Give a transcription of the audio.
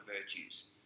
virtues